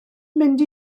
mynd